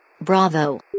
Bravo